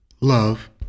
love